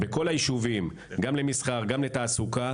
גם למסחר וגם לתעסוקה,